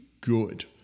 good